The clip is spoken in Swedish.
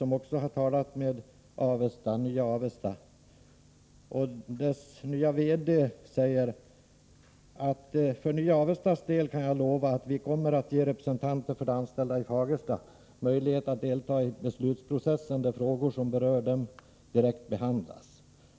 Man har talat med verkställande direktören i Nya Avesta, som säger: ”För Nya Avestas del kan jag lova att vi kommer att ge representanter för de anställda i Fagersta möjlighet att delta i beslutsprocessen, där frågor som berör dem direkt behandlas.